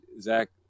Zach